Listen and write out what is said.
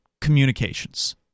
communications